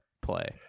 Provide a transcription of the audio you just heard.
play